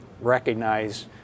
recognize